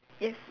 yes